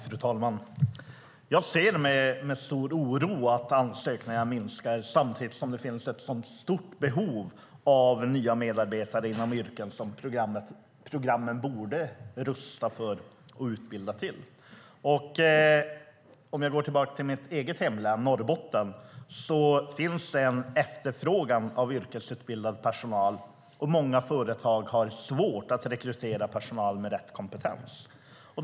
Fru talman! Jag ser med stor oro på att ansökningarna minskar samtidigt som det finns ett sådant stort behov av nya medarbetare i de yrken som programmen borde rusta för och utbilda till. Om jag går tillbaka till mitt eget hemlän Norrbotten finns en efterfrågan på yrkesutbildad personal. Många företag har svårt att rekrytera personal med rätt kompetens.